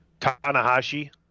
Tanahashi